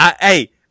Hey